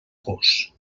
gos